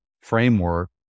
framework